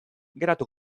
geratu